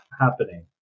happening